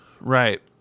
Right